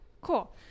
cool